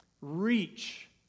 Reach